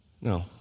No